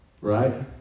Right